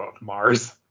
Mars